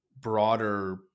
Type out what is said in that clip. broader